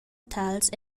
tals